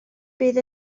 bydd